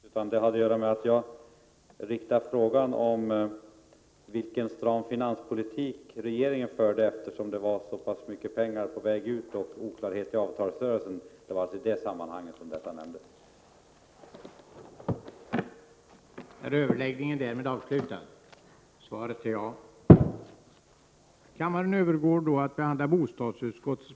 Att jag tog upp skattefondssparandet berodde på att jag undrade hur stram den finanspolitik var som regeringen förde, när det är så pass mycket pengar som utbetalas från detta sparande och eftersom det råder oklarheter i avtalsrörelsen.